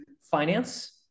finance